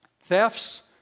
thefts